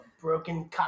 Broken